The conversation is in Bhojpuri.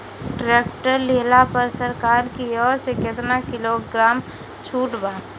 टैक्टर लिहला पर सरकार की ओर से केतना किलोग्राम छूट बा?